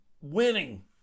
winning